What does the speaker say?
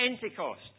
Pentecost